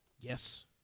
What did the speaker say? Yes